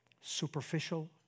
superficial